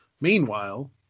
Meanwhile